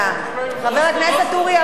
חבר הכנסת אורי אריאל,